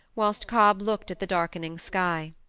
whilst cobb looked at the darkening sky.